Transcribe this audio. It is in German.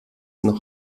noch